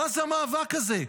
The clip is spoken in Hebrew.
מה זה המאבק הזה?